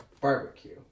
barbecue